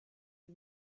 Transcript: les